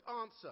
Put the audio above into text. answer